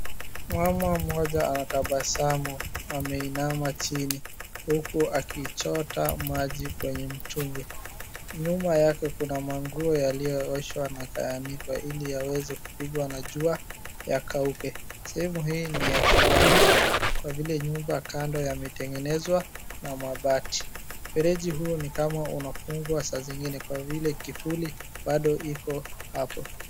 Mama mmoja anatabasamu, ameinama chini huku akichota maji kwenye mtungi. Nyuma yake kuna manguo yalioyooshwa na yakaanikwa ili yaweze kupigwa na jua yakauke. Sehemu hii ni ya kibanda kwa vile nyumba kando yametengenezwa na mabati. Mfereji huu ni kama unafungwa saa zingine kwa vile kifuli bado iko hapo.